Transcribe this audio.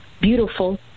beautiful